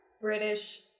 British